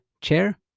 chair